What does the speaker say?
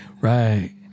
Right